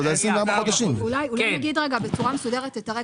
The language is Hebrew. אולי נגיד בצורה מסודרת את הרקע.